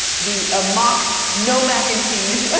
the ah mock no mac and cheese, and